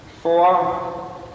Four